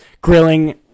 grilling